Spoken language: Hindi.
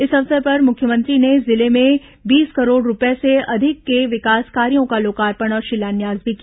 इस अवसर पर मुख्यमंत्री ने जिले में बीस करोड़ रूपए से अधिक के विकास कार्यों का लोकार्पण और शिलान्यास भी किया